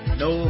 no